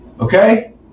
Okay